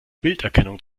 bilderkennung